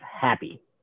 happy